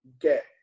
get